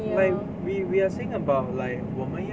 like we we are saying about like 我们要